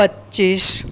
પચીસ